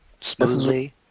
smoothly